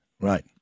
right